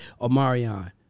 Omarion